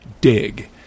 dig